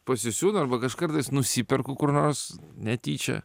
pasisiūnu arba kažkartais nusiperku kur nors netyčia